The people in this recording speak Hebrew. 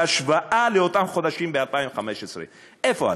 בהשוואה לאותם חודשים בשנת 2015. איפה אתה?